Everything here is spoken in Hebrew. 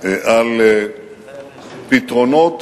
על פתרונות